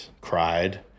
cried